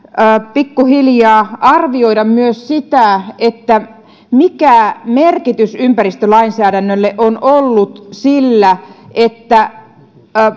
pikkuhiljaa arvioida myös sitä mikä merkitys ympäristölainsäädännölle on ollut sillä että